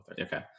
Okay